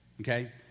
Okay